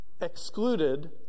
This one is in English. excluded